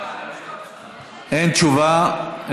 אין תשובה.